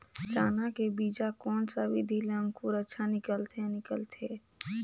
चाना के बीजा कोन सा विधि ले अंकुर अच्छा निकलथे निकलथे